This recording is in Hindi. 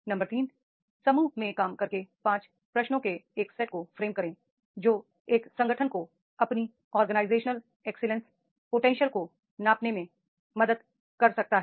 नंबर 3 समूह में काम करके 5 प्रश्नों के एक सेट को फ्रेम करें जो एक संगठन को अपनी ऑर्गेनाइजेशन एक्सीलेंस पोटेंशियल को मापने में मदद कर सकता है